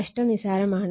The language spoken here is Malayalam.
നഷ്ട്ടം നിസ്സാരമാണ്